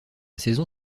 saison